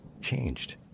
changed